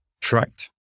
tract